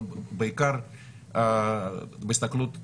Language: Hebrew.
בעיקר בהסתכלות קדימה,